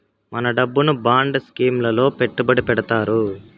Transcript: మన డబ్బును bond scheme లలో పెట్టుబడి పెడతారు